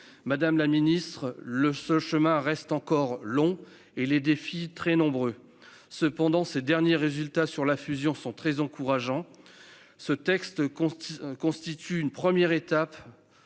Madame la ministre, le chemin est encore long et les défis très nombreux. Cependant, les derniers résultats concernant la fusion sont très encourageants. Ce texte constitue une première étape